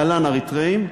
להלן אריתריאים,